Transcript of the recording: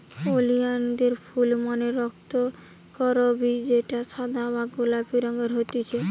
ওলিয়ানদের ফুল মানে রক্তকরবী যেটা সাদা বা গোলাপি রঙের হতিছে